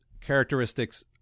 characteristics